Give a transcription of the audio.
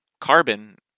carbon